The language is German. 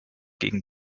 gegen